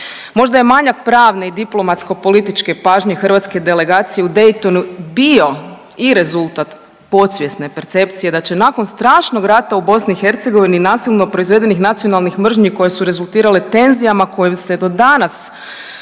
Možda je manjak pravne i diplomatsko političke pažnje hrvatske delegacije u Daytonu bio i rezultat podsvjesne percepcije da će nakon strašnog rata u BiH i nasilno proizvedenih nacionalnih mržnji koje su rezultirale tenzijama kojim se do danas